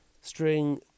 string